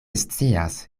scias